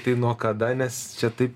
tai nuo kada mes čia taip